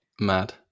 Mad